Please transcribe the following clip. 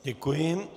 Děkuji.